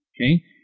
Okay